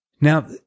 now